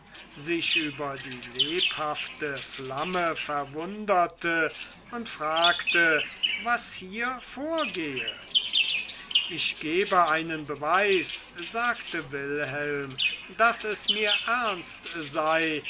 sich über die lebhafte flamme verwunderte und fragte was hier vorgehe ich gebe einen beweis sagte wilhelm daß es mir ernst sei